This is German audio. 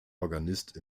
organist